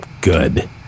good